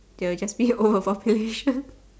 there will just be overpopulation